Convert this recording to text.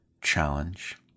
challenge